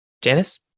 Janice